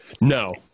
no